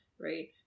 Right